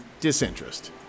disinterest